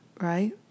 right